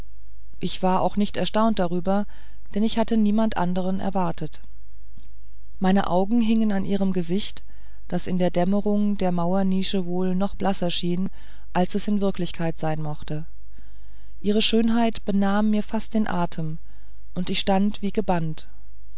ich war auch nicht erstaunt darüber denn ich hatte niemand anderen erwartet meine augen hingen an ihrem gesicht das in der dämmerung der mauernische wohl noch blasser schien als es in wirklichkeit sein mochte ihre schönheit benahm mir fast den atem und ich stand wie gebannt